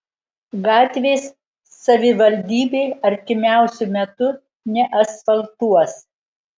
gatvės savivaldybė artimiausiu metu neasfaltuos